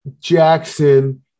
Jackson